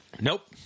Nope